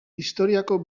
historiako